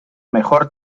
mejor